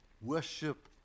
Worship